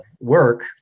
work